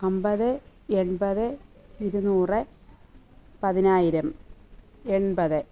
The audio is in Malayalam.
അൻപത് എൺപത് ഇരുന്നൂറ് പതിനായിരം എൺപത്